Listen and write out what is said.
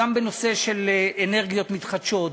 גם בנושא של אנרגיות מתחדשות,